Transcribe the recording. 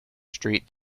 street